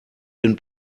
den